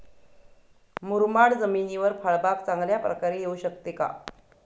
मुरमाड जमिनीवर फळबाग चांगल्या प्रकारे येऊ शकते का?